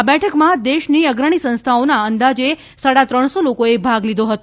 આ બેઠકમાં દેશની અગ્રણી સંસ્થાઓના અંદાજે સાડા ત્રણસો લોકોએ ભાગ લીધો હતો